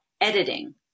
editing